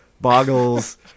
Boggles